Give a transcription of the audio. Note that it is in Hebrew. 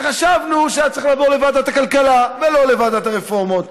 שחשבנו שהיה צריך לעבור לוועדת הכלכלה ולא לוועדת הרפורמות,